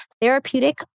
therapeutic